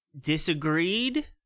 disagreed